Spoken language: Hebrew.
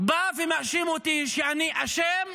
בא ומאשים אותי שאני אשם,